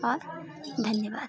और धन्यवाद